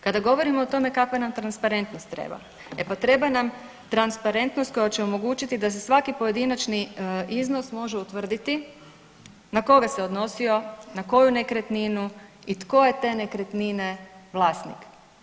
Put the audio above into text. Kada govorimo o tome kakva nam transparentnost treba, e pa treba nam transparentnost koja će omogući da se svaki pojedinačni iznos može utvrditi na koga se odnosio, na koju nekretninu i tko je te nekretnine vlasnik.